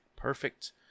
Perfect